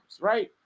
Right